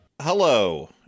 Hello